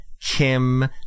Kim